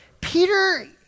Peter